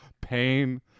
Pain